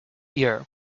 year